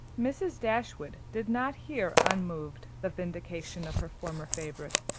mrs. dashwood did not hear unmoved the vindication of her former favourite.